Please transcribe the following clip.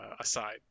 aside